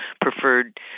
preferred